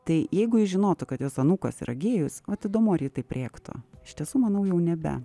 tai jeigu ji žinotų kad jos anūkas yra gėjus vat įdomu ar ji taip rėktų iš tiesų manau jau nebe